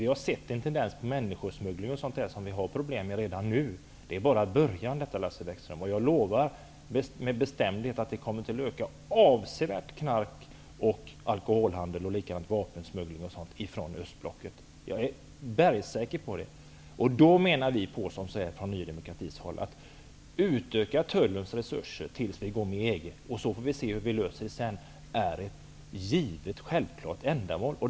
Vi har sett tendens till människosmuggling redan nu. Det är bara början, Lars Bäckström. Jag lovar med bestämdhet att narkotika och alkoholsmuggling, vapensmuggling och sådant kommer att öka avsevärt från östblocket. Jag är bergsäker på det. Därför menar vi från Ny demokrati att det är ett givet självklart ändamål att utöka Tullens resurser tills vi går med i EG -- sedan får vi se hur vi löser frågan.